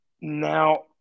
now